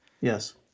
yes